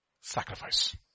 sacrifice